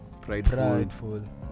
prideful